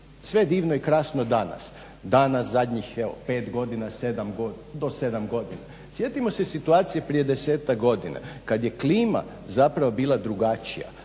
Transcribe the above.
sve je divno i krasno danas, danas zadnjih pet godina, do sedam godina. Sjetimo se situacije do prije desetak godina kad je klima zapravo bila drugačija.